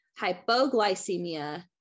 Hypoglycemia